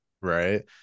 Right